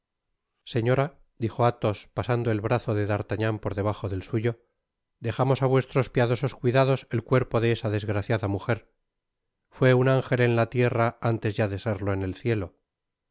señora dijo athos pasando el brazo de d'artagnan por debajo del suyo dejamos á vuestros piadosos cuidados el cuerpo de esa desgraciada mujer fué un ángel en la tierra antes ya de serlo en el cielo